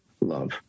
love